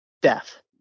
death